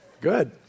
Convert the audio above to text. Good